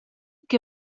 che